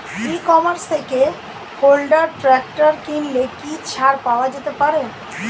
ই commerce থেকে Honda tractor কিনলে কি ছাড় পাওয়া যেতে পারে?